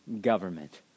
government